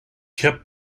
kept